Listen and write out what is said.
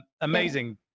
amazing